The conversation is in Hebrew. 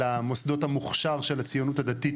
אלא מוסדות המוכשר של הציונות הדתית